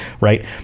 right